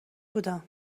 بودم